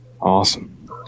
Awesome